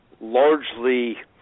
largely